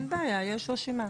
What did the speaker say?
אין בעיה, יש רשימה.